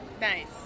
Nice